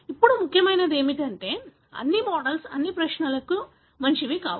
ఇప్పుడు ముఖ్యమైనది ఏమిటంటే అన్ని మోడల్స్ అన్ని ప్రశ్నలకు మంచివి కావు